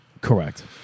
Correct